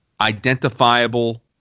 identifiable